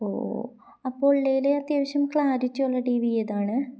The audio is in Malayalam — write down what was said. ഓ ഓ അപ്പോൾ ഉള്ളതിൽ അത്യാവശ്യം ക്ലാരിറ്റി ഉള്ള ടി വി ഏതാണ്